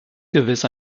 gewiss